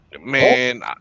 Man